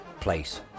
place